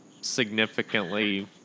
significantly